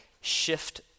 shift